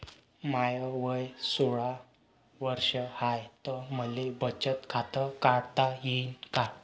माय वय सोळा वर्ष हाय त मले बचत खात काढता येईन का?